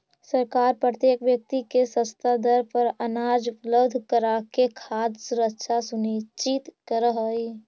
सरकार प्रत्येक व्यक्ति के सस्ता दर पर अनाज उपलब्ध कराके खाद्य सुरक्षा सुनिश्चित करऽ हइ